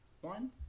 One